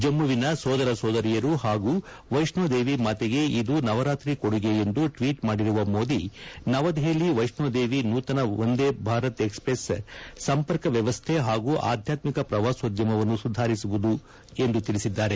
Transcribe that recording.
ಜಮ್ಮುವಿನ ಸೋದರ ಸೋದರಿಯರು ಹಾಗೂ ವೈಷ್ಲೋದೇವಿ ಮಾತೆಗೆ ಇದು ನವರಾತ್ರಿ ಕೊಡುಗೆ ಎಂದು ಟ್ಲೀಟ್ ಮಾಡಿರುವ ಮೋದಿ ನವದೆಹಲಿ ವೈಷ್ಲೋದೇವಿ ನೂತನ ವಂದೇ ಭಾರತ್ ಎಕ್ಸ್ಪ್ರೆಸ್ ಸಂಪರ್ಕ ವ್ಯವಸ್ತೆ ಹಾಗೂ ಅಧ್ಯಾತ್ಮಿಕ ಪ್ರವಾಸೋದ್ಯಮವನ್ನು ಸುಧಾರಿಸುವುದು ಎಂದು ತಿಳಿಸಿದ್ದಾರೆ